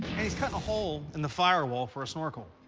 he's cutting a hole in the firewall for a snorkel.